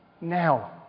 now